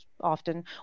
often